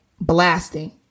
blasting